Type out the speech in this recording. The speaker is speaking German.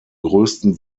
größten